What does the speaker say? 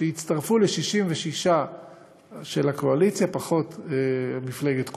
שיצטרפו ל-66 של הקואליציה, פחות מפלגת כולנו,